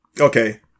Okay